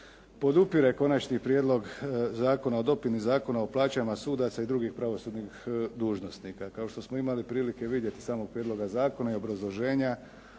podupire Konačni prijedlog Zakona o dopuni Zakona o plaćama sudaca i drugih pravosudnih dužnosnika. Kao što smo imali prilike vidjeti iz samog prijedloga zakona i obrazloženja,